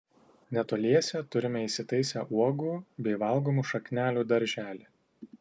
netoliese turime įsitaisę uogų bei valgomų šaknelių darželį